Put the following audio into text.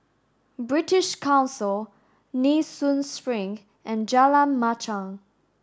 British Council Nee Soon Spring and Jalan Machang